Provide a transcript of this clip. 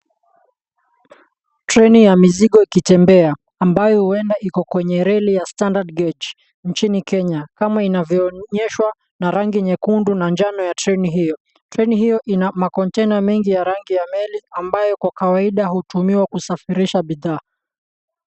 Treni ya mizigo ikitembea ambayo huenda iko kwenye reli ya standard gauge nchini Kenya, kama inavyoonyeshwa na rangi nyekundu na manjano ya treni hiyo. Treni hiyo ina ma container mengi ya rangi ya meli ambayo kwa kawaida hutumiwa kusafirisha bidhaa.